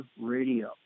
radio